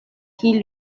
qui